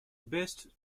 best